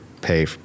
pay